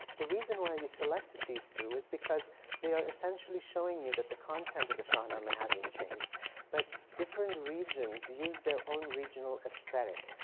the reason why we selected these two is because they are essentially showing you that the content of the shahnameh hasn't changed but different regions used their own regional esthetic.